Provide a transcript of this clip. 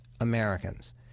Americans